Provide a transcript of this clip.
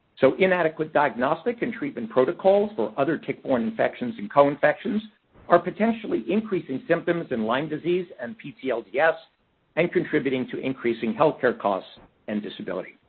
so, inadequate diagnostic and treatment protocols for other tick-borne infections and co-infections are potentially increasing symptoms in lyme disease and ptlds and contributing to increasing health care costs and disability.